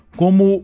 como